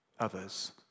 others